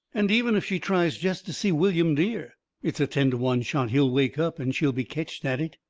and even if she tries jest to see william dear it's a ten to one shot he'll wake up and she'll be ketched at it.